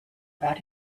about